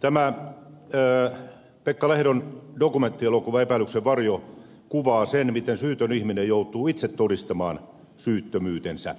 tämä pekka lehdon dokumenttielokuva epäilyksen varjossa kuvaa sitä miten syytön ihminen joutuu itse todistamaan syyttömyytensä